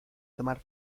tomar